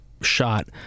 shot